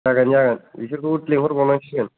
जागोन जागोन बिसोरखौबो लिंहरबावनांसिगोन